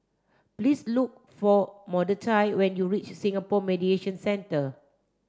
please look for Mordechai when you reach Singapore Mediation Centre